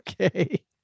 Okay